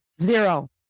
Zero